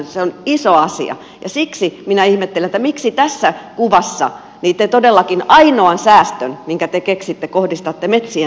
se on iso asia ja siksi minä ihmettelen miksi te tässä kuvassa todellakin sen ainoan säästön minkä te keksitte kohdistatte metsien suojeluun